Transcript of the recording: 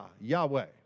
Yahweh